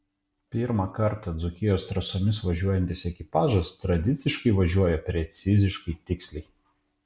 pirmą kartą dzūkijos trasomis važiuojantis ekipažas tradiciškai važiuoja preciziškai tiksliai